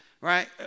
right